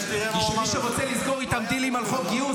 כמי שרוצה לסגור איתם דילים על חוק גיוס,